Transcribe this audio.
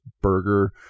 burger